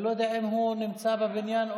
חייבת להיחשב לחלק ממנהג המקום ברחבת